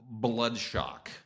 Bloodshock